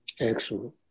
Excellent